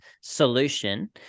solution